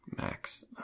Max